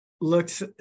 looks